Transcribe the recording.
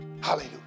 Hallelujah